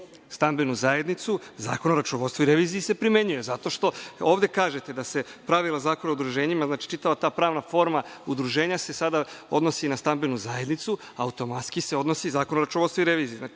stambenu zajednicu, Zakon o računovodstvu i reviziji se primenjuje, jer ovde kažete da se pravila Zakona o udruženjima, čitava ta pravna forma udruženja se sada odnosi na stambenu zajednicu i automatski se odnosi Zakon o računovodstvu i reviziji.